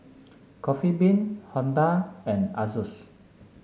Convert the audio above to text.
Coffee Bean Honda and Asus